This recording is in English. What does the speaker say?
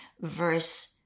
verse